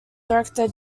director